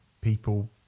people